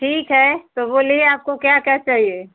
ठीक है तो बोलिए आपको क्या क्या चाहिए